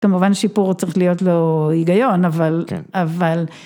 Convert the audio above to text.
כמובן שיפור צריך להיות לו היגיון אבל אבל.